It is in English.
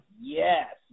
yes